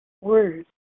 words